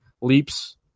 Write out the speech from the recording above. leaps